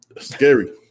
Scary